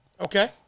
Okay